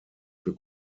für